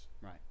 Right